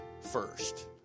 first